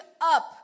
up